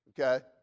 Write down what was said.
Okay